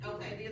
Okay